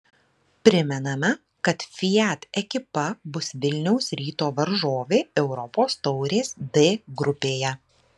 primename kad fiat ekipa bus vilniaus ryto varžovė europos taurės d grupėje